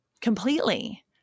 completely